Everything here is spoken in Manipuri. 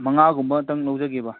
ꯃꯉꯥꯒꯨꯝꯕꯇꯪ ꯂꯧꯖꯒꯦꯕ